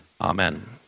Amen